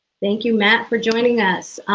thank you, matt, for joining us.